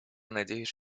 надеюсь